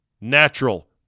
Natural